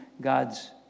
God's